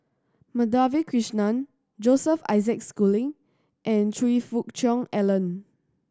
Madhavi Krishnan Joseph Isaac Schooling and Choe Fook Cheong Alan